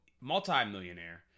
multi-millionaire